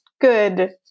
good